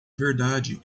verdade